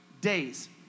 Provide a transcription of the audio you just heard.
days